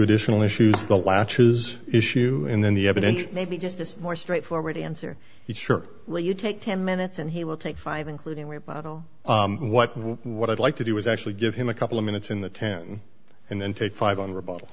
additional issues the latches issue and then the evidence maybe just as more straightforward answer you sure will you take ten minutes and he will take five including rebuttal what what i'd like to do is actually give him a couple of minutes in the ten and then take five on